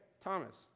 Thomas